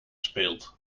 speelt